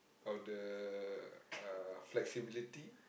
of the uh flexibility